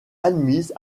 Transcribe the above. admise